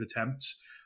attempts